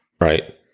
Right